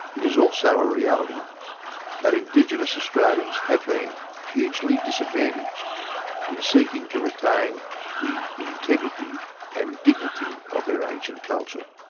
it is also a reality that indigenous australians have been hugely disadvantaged in seeking to retain the integrity and dignity of their ancient culture.